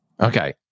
Okay